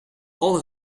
alle